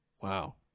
Wow